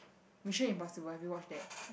Mission-Impossible have you watched that